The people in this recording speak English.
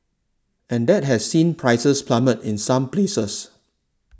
and that has seen prices plummet in some places